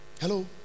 Hello